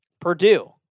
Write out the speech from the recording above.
Purdue